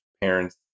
parents